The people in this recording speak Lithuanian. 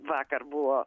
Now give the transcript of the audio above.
vakar buvo